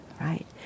right